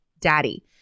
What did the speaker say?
daddy